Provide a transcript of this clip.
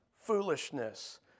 foolishness